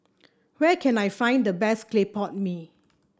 where can I find the best Clay Pot Mee